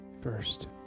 first